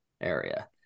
area